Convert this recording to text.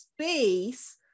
space